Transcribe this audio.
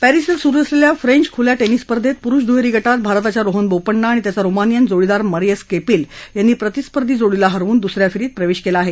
परिस इथं सुरु असलेल्या फ्रेंच खुल्या टेनिस स्पर्धेत पुरुष दुहेरी गटात भारताच्या रोहन बोपण्णा आणि त्याचा रुमानिअन जोडीदार मरिअस केपिल यांनी प्रतिस्पर्धी जोडीला हरवून दुस या फेरीत प्रवेश केला आहे